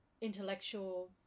intellectual